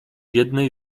jednej